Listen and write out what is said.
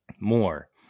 more